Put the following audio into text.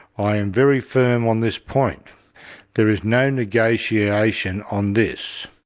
i am very firm on this point there is no negotiation on this.